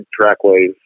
trackways